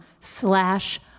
slash